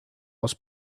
was